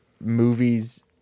movies